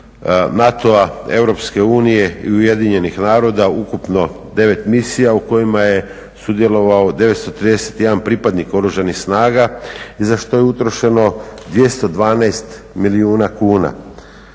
unije i Ujedinjenih naroda ukupno 9 misija u kojima je sudjelovao 931 pripadnik oružanih snaga i za što je utrošeno 212 milijuna kuna.